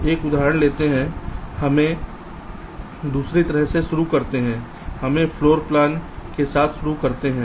एक उदाहरण लेते हैं हमें दूसरे तरह से शुरू करते हैं हमें फ्लोर प्लान के साथ शुरू करते हैं